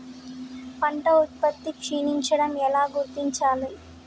పంట ఉత్పత్తి క్షీణించడం ఎలా గుర్తించాలి?